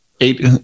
eight